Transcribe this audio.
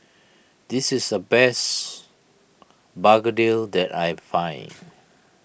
this is the best Begedil that I can find